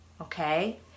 okay